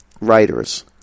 writers